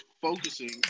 focusing